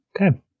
Okay